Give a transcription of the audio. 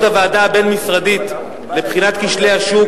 הוועדה הבין-משרדית לבחינת כשלי השוק,